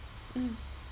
mm